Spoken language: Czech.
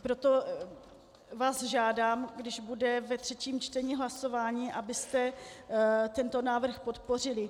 Proto vás žádám, když bude ve třetím čtení hlasování, abyste tento návrh podpořili.